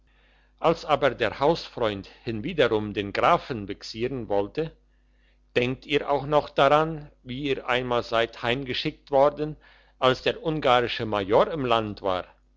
als aber der hausfreund hinwiederum den grafen vexieren wollte denkt ihr auch noch daran wie ihr einmal seid heimgeschickt worden als der ungarische major im land war